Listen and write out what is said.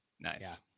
Nice